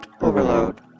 overload